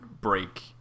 break